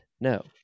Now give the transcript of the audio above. No